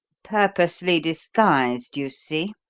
purposely disguised, you see.